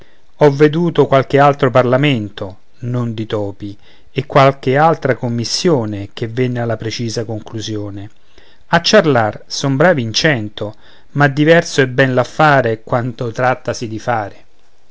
ho veduto qualche altro parlamento non di topi e qualche altra commissione che venne alla precisa conclusione a ciarlar son bravi in cento ma diverso è ben l'affare quando trattasi di fare